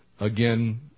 Again